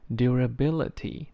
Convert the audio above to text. ，durability